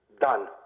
done